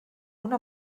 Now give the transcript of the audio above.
una